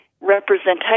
representation